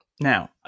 Now